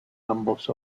ambos